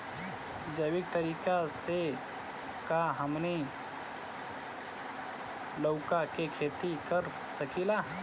जैविक तरीका से का हमनी लउका के खेती कर सकीला?